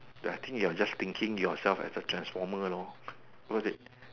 ya I think you are just thinking yourself as a transformer loh because that